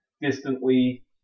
distantly